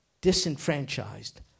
disenfranchised